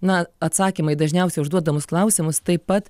na atsakymai dažniausiai užduodamus klausimus taip pat